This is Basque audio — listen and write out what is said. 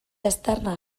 aztarnak